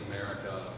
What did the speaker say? America